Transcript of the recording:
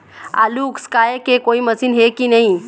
आलू उसकाय के कोई मशीन हे कि नी?